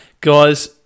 Guys